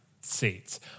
seats